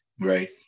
Right